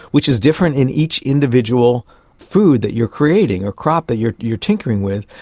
which is different in each individual food that you're creating or crop that you're you're tinkering with,